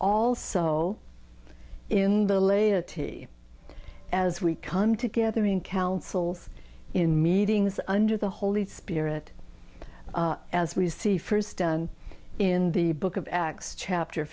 also in the later as we come together in councils in meetings under the holy spirit as we see first done in the book of acts chapter